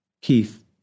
Keith